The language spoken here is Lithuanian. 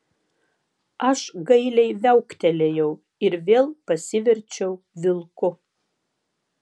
aš gailiai viauktelėjau ir vėl pasiverčiau vilku